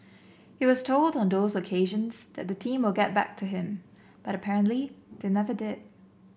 he was told on those occasions that the team will get back to him but apparently they never did